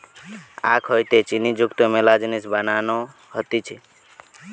আখ হইতে চিনি যুক্ত মেলা জিনিস বানানো হতিছে